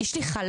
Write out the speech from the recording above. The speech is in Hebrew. יש לי חלון,